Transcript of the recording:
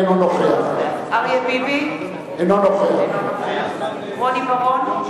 אינו נוכח אריה ביבי, אינו נוכח רוני בר-און,